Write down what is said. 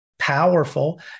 powerful